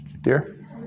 Dear